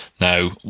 Now